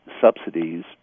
subsidies